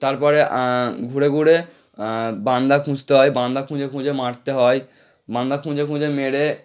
তারপরে ঘুরে ঘুরে বান্দা খুঁজতে হয় বান্দা খুঁজে খুঁজে মারতে হয় বান্দা খুঁজে খুঁজে মেরে